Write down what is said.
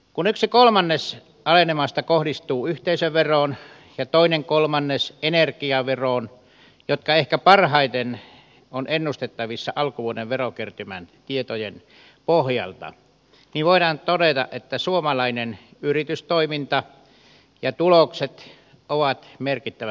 kun yksi kolmannes alenemasta kohdistuu yhteisöveroon ja toinen kolmannes energiaveroon jotka ehkä parhaiten ovat ennustettavissa alkuvuoden verokertymän tietojen pohjal ta niin voidaan todeta että suomalainen yritystoiminta ja tulokset ovat merkittävässä laskussa